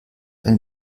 eine